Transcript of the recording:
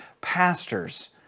pastors